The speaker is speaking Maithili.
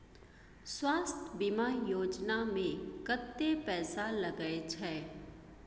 स्वास्थ बीमा योजना में कत्ते पैसा लगय छै?